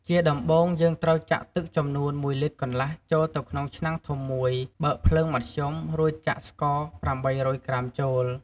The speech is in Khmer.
ជាដំបូង យើងត្រូវចាក់ទឹកចំនួន ១លីត្រកន្លះចូលទៅក្នុងឆ្នាំងធំមួយ បើកភ្លើងមធ្យម រួចចាក់ស្ករ ៨០០ក្រាមចូល។